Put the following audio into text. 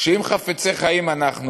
שאם חפצי חיים אנחנו,